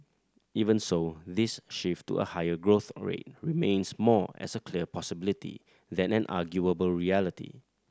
even so this shift to a higher growth rate remains more as a clear possibility than an unarguable reality